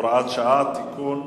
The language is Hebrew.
הוראת שעה) (תיקון),